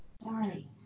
Sorry